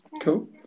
cool